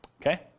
Okay